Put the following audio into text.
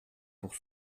pour